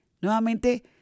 Nuevamente